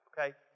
okay